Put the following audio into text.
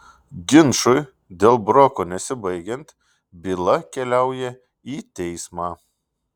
ginčui dėl broko nesibaigiant byla keliauja į teismą